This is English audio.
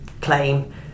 claim